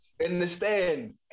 Understand